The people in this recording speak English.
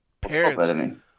parents